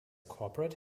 corporate